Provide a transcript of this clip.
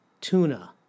tuna